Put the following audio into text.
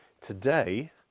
today